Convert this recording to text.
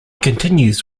continues